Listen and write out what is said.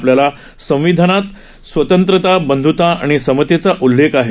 आपल्या संविधानात स्वतंत्रता बंध्ता आणि समतेचा उल्लेख आहे